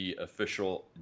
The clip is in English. official